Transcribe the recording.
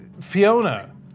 Fiona